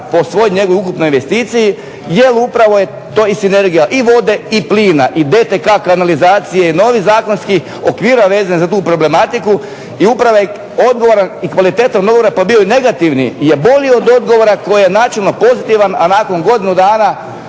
po svoj njegovoj ukupnoj investiciji jer upravo je to i sinergija i vode i plina i DTK kanalizacije i novi zakonskih okvira vezano za tu problematiku. I upravo je odgovoran i kvalitetan ... pa bio negativni je bolji od odgovora koji je načelno pozitivan, a nakon godinu dana